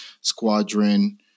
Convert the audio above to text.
Squadron